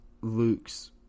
Luke's